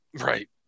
right